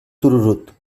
tururut